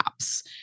apps